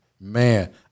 Man